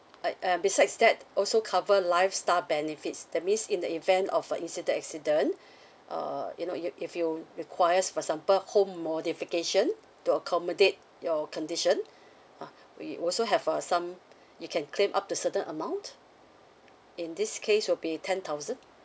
but um besides that also cover lifestyle benefits that means in the event of a incident accident uh you know you if you requires for example home modification to accommodate your condition ah we also have uh some you can claim up to certain amount in this case will be ten thousand